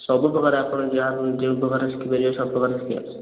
ସବୁ ପ୍ରକାର ଆପଣ ଯାହା ସବୁ ଯେଉଁ ପ୍ରକାର ଶିଖି ପାରିବେ ସବୁ ପ୍ରକାର ଶିଖା ହେଉଛି